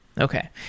Okay